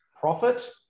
profit